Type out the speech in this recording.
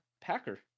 Packer